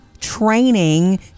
training